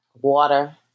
Water